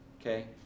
okay